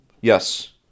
Yes